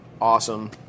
awesome